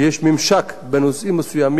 כי יש ממשק בנושאים מסוימים,